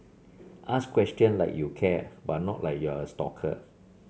ask question like you care but not like you're a stalker